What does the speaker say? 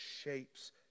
shapes